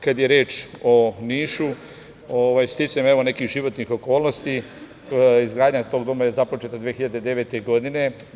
Kada je reč o Nišu, sticajem nekih životnih okolnosti izgradnja tog doma je započeta 2009. godine.